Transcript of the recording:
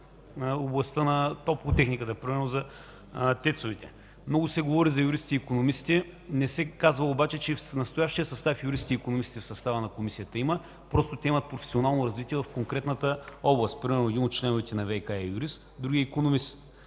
областта на топлотехниката примерно за тецовете. Много се говори за юристи и икономисти. Не се каза обаче, че в настоящия състав на Комисията икономисти и юристи има. Просто те имат професионално развитие в конкретната област. Един от членовете на ВиК е юрист, другият – икономист.